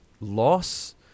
loss